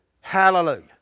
Hallelujah